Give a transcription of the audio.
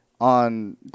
on